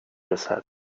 رسد